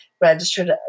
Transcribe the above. registered